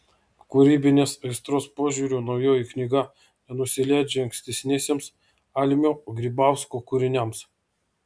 kūrybinės aistros požiūriu naujoji knyga nenusileidžia ankstesniesiems almio grybausko kūriniams